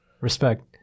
respect